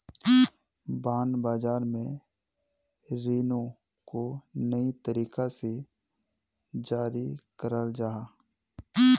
bond बाज़ार में रीनो को नए तरीका से जारी कराल जाहा